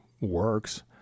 works